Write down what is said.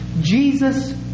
Jesus